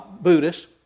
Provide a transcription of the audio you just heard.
Buddhist